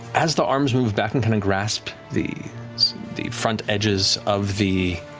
as the arms move back and kind of grasp the the front edges of the